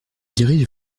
dirige